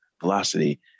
velocity